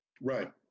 right